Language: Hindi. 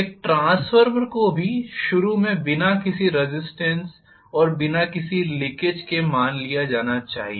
एक ट्रांसफार्मर को भी शुरू में बिना किसी रेज़िस्टेन्स और बिना किसी लीकेज के मान लिया जाना चाहिए